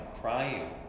crying